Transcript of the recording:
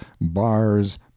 bars